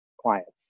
clients